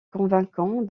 convaincant